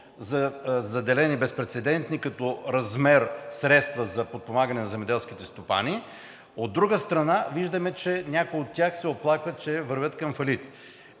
заделени безпрецедентни като размер средства за подпомагане на земеделските стопани. От друга страна, виждаме, че някои от тях се оплакват, че вървят към фалит.